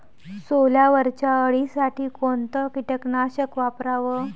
सोल्यावरच्या अळीसाठी कोनतं कीटकनाशक वापराव?